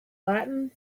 latin